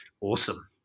awesome